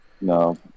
No